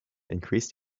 increased